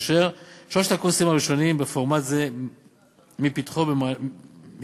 כאשר שלושת הקורסים הראשונים בפורמט זה פותחו במהלך